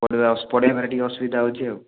ପଢ଼ାଇବା ପଢ଼ାଇବାରେ ଟିକେ ଅସୁବିଧା ହେଉଛି ଆଉ